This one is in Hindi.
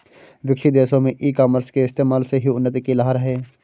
विकसित देशों में ई कॉमर्स के इस्तेमाल से ही उन्नति की लहर है